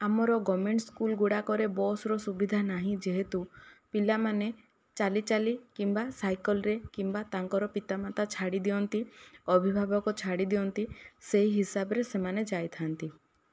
ଆମର government school ଗୁଡ଼ିକରେ ବସ୍ର ସୁବିଧା ନାହିଁ ଯେହେତୁ ପିଲାମାନେ ଚାଲି ଚାଲି କିମ୍ବା ସାଇକେଲରେ କିମ୍ବା ତାଙ୍କର ପିତାମାତା ଛାଡ଼ିଦିଅନ୍ତି ଅଭିଭାବକ ଛାଡ଼ିଦିଅନ୍ତି ସେହି ହିସାବରେ ସେମାନେ ଯାଇଥାନ୍ତି